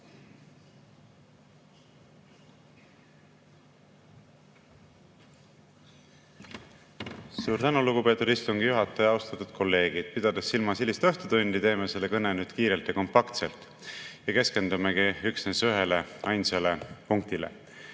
Suur tänu, lugupeetud istungi juhataja! Austatud kolleegid! Pidades silmas hilist õhtutundi, teeme selle kõne nüüd kiirelt ja kompaktselt ja keskendumegi üksnes ühele ainsale punktile.